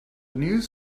news